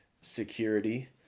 security